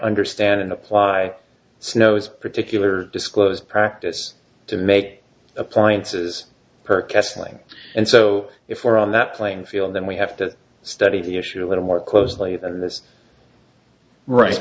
understand and apply snow is particular disclosed practice to make appliances per castling and so if more on that playing field then we have to study the issue a little more closely than this right